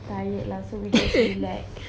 TikTok actually takes that much effort